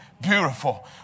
beautiful